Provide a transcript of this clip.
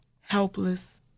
helpless